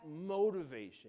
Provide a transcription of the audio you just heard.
motivation